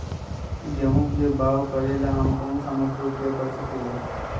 गेंहू के बाओ करेला हम कौन सा मोटर उपयोग कर सकींले?